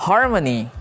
Harmony